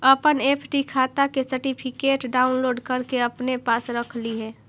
अपन एफ.डी खाता के सर्टिफिकेट डाउनलोड करके अपने पास रख लिहें